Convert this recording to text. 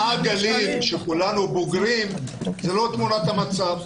בארבעה גלים שכולנו בוגרים, זאת לא תמונת המצב.